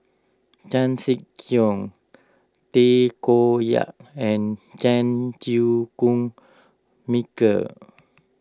Chan Sek Keong Tay Koh Yat and Chan Chew Koon Michael